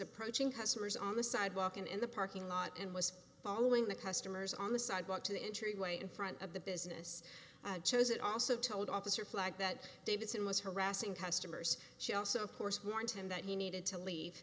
approaching customers on the sidewalk and in the parking lot and was following the customers on the sidewalk to the entryway in front of the business shows it also told officer black that davidson was harassing customers she also of course warned him that he needed to